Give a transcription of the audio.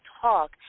talk